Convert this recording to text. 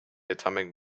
atomic